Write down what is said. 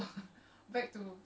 sassy ah